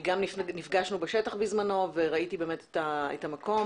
גם נפגשנו בשטח בזמנו וראיתי באמת את המקום.